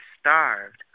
starved